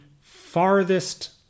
farthest